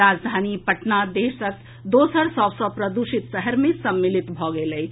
राजधानी पटना देशक दोसर सभ सँ प्रदूषित शहर मे सम्मिलित भऽ गेल अछि